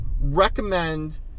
recommend